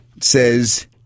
says